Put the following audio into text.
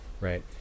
right